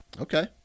Okay